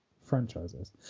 franchises